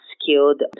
skilled